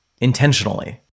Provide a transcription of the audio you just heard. Intentionally